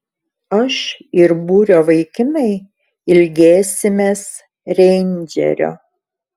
aš ir būrio vaikinai ilgėsimės reindžerio